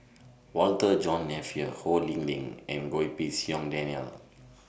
Walter John Napier Ho Lee Ling and Goh Pei Siong Daniel